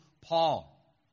Paul